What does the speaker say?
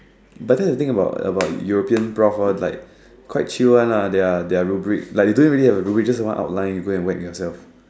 but that's the thing about about European profs lor like quite chill one lah they're they're rubric like they don't really have a rubric just one outline you go and whack yourself